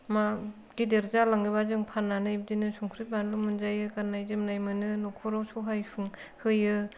मा गिदिर जालाङोबा बिदिनो जों फाननानै संख्रि बानलु मोनजायो गाननाय जोमनाय मोनो न'खराव सहाय होयो